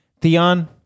Theon